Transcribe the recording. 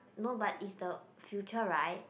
no but it's the future right